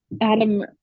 Adam